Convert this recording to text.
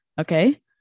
Okay